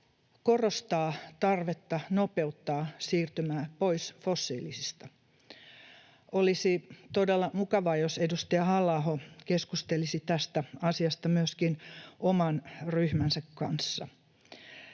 korostaa tarvetta nopeuttaa siirtymää pois fossiilisista. Olisi todella mukavaa, jos edustaja Halla-aho keskustelisi tästä asiasta myöskin oman ryhmänsä kanssa.